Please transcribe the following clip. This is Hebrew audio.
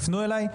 תיפנו אליי.